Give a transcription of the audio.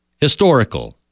Historical